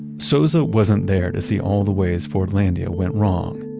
souza wasn't there to see all the ways fordlandia went wrong.